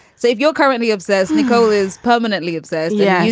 say, if you are currently obsessed, nicole is permanently obsessed. yeah.